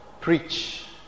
preach